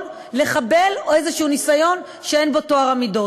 לחבל או באיזשהו ניסיון שאין בו טוהר המידות.